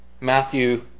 Matthew